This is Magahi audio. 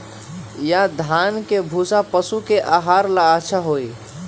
या धान के भूसा पशु के आहार ला अच्छा होई?